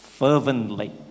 fervently